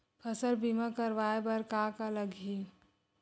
फसल बीमा करवाय बर का का लगही?